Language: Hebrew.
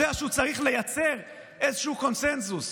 יודע שהוא צריך לייצר איזשהו קונסנזוס.